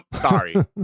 Sorry